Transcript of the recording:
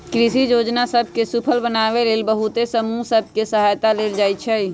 कृषि जोजना सभ के सूफल बनाबे लेल बहुते समूह सभ के सहायता लेल जाइ छइ